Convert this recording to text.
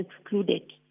excluded